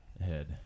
ahead